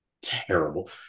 terrible